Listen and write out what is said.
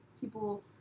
people